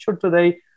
Today